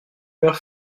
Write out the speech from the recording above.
meurt